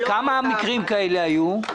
כמה מקרים כאלה היו?